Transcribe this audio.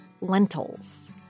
lentils